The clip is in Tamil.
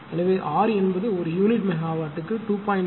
எனவே ஆர் என்பது ஒரு யூனிட் மெகாவாட்டுக்கு 2